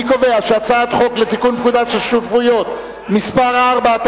אני קובע שהצעת חוק לתיקון פקודת השותפויות (מס' 4),